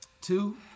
two